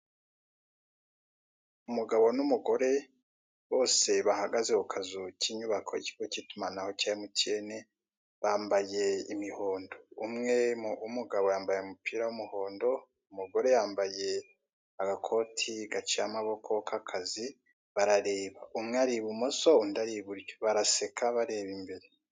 Umugabo n'umugore bose bahagaze ku kazu k'inyubako k'ikigo k'itumanaho cya emutiyene bambaye imihondo, umwe, w'umugabo yambaye umupira w'umuhondo, umugore yambaye agakoti gaciye amaboko k'akazi barareba, umwe ari ibumoso, undi ari iburyo baraseka, bareba imbere.